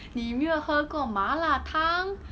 你没有喝过麻辣汤